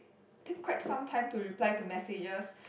take quite some time to reply to messages